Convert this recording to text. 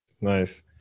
Nice